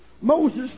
Moses